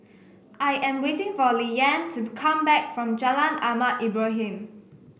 I am waiting for Liane to come back from Jalan Ahmad Ibrahim